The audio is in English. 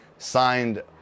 signed